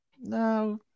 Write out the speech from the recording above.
no